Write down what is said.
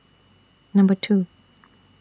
Number two